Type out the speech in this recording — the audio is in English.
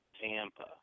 Tampa